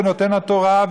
בנותן התורה,